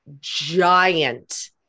giant